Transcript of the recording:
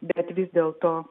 bet vis dėlto